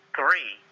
Three